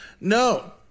No